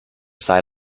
side